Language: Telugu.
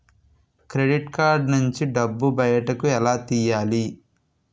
క్రెడిట్ కార్డ్ నుంచి డబ్బు బయటకు ఎలా తెయ్యలి?